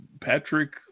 Patrick